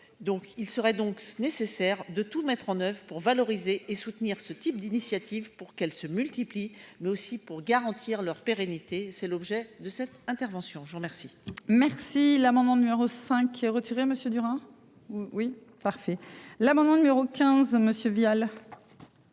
Donc il serait donc nécessaire de tout mettre en oeuvre pour valoriser et soutenir ce type d'initiative pour qu'elle se multiplient mais aussi pour garantir leur pérennité c'est l'objet de cette intervention. Je vous remercie. Merci l'amendement numéro 5 retiré, Monsieur Durand ou oui parfait. L'amendement numéro 15 monsieur